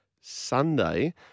Sunday